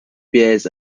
bears